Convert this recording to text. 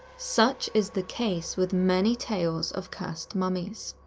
such is the case with many tales of cursed mummies.